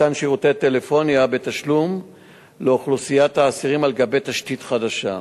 מתן שירותי טלפוניה בתשלום לאוכלוסיית האסירים על גבי תשתית חדשה,